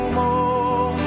more